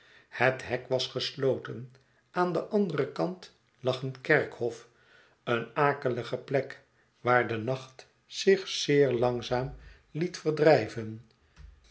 het hek was gesloten aan den anderen kant lag een kerkhof eene akelige plek waar de nacht zich zeer langzaam liet verdrijven